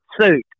suit